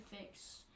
fix